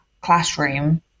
classroom